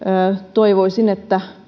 toivoisin että